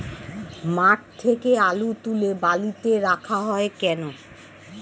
মাঠ থেকে আলু তুলে বালিতে রাখা হয় কেন?